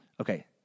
Okay